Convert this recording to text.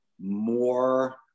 more